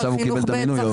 שר חינוך ב',